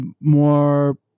more